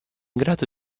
grado